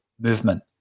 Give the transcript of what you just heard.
movement